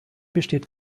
besteht